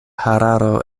hararo